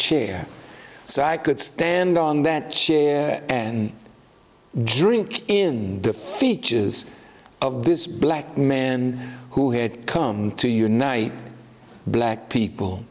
chair so i could stand on that show drink in the features of this black man who had come to unite black people